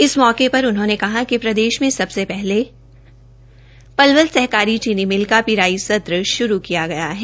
इस मौके पर उन्होंने कहा कि प्रदेश में सबसे पहले पलवल सहकारी चीनी मिल का पिराई सत्र शुरू किया गया है